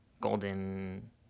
golden